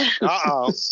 Uh-oh